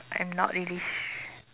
I'm not really su~